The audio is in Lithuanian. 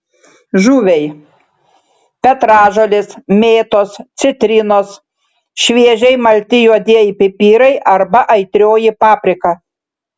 žuviai petražolės mėtos citrinos šviežiai malti juodieji pipirai arba aitrioji paprika